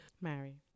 Mary